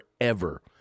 forever